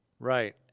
Right